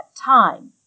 time